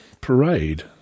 parade